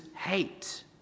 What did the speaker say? hate